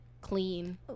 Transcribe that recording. clean